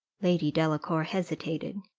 lady delacour hesitated.